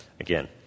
again